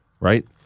right